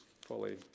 fully